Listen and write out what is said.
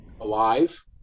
alive